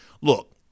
look